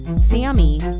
Sammy